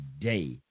day